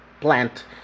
plant